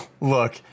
look